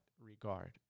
regard